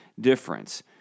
difference